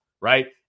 Right